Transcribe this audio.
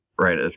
right